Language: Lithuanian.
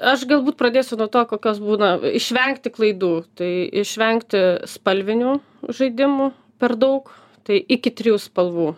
aš galbūt pradėsiu nuo to kokios būna išvengti klaidų tai išvengti spalvinių žaidimų per daug tai iki trijų spalvų